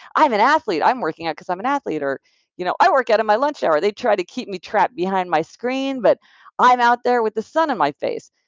i'm an athlete. i'm working out because i'm an athlete, or you know i work out at my lunch hour. they try to keep me trapped behind my screen but i'm out there with the sun on and my face.